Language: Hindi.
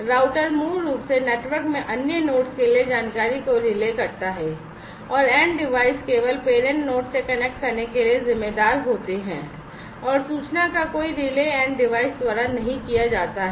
राउटर मूल रूप से नेटवर्क में अन्य नोड्स के लिए जानकारी को रिले करता है और एन्ड डिवाइस केवल पेरेंट नोड से कनेक्ट करने के लिए जिम्मेदार होते हैं और सूचना का कोई रीले एन्ड डिवाइस द्वारा नहीं किया जाता है